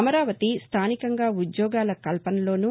అమరావతి స్థానికంగా ఉద్యోగాల కల్పనలోనూ